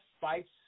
fights